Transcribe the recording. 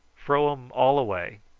fro um all away.